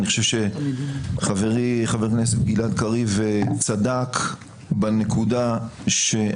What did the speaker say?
אני חושב שחברי חבר הכנסת גלעד קריב צדק בנקודה שאנחנו